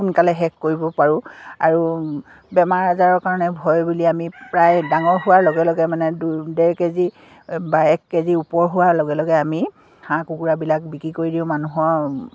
সোনকালে শেষ কৰিব পাৰোঁ আৰু বেমাৰ আজাৰৰ কাৰণে ভয় বুলি আমি প্ৰায় ডাঙৰ হোৱাৰ লগে লগে মানে দু ডেৰ কেজি বা এক কেজি ওপৰ হোৱাৰ লগে লগে আমি হাঁহ কুকুৰাবিলাক বিক্ৰী কৰি দিওঁ মানুহৰ